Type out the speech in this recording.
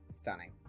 Stunning